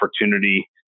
opportunity